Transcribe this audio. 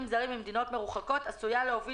חושבת שזה נתון מאוד חשוב ממדינות מרוחקות עשויה להוביל